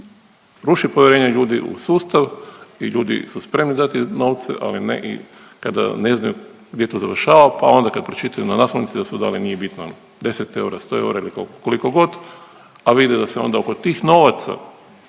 ruši povjerenje ljudi u sustav i ljudi su spremni dati novce ali ne i kada ne znaju gdje to završava pa onda kad pročitaju na naslovnici da su dali nije bitno 10 eura, 100 eura ili koliko god, a vide da se onda oko tih novaca